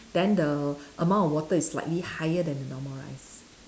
then the amount of water is slightly higher than the normal rice